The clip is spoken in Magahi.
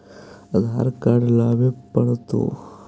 आधार कार्ड लाबे पड़तै?